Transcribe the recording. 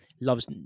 loves